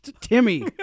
Timmy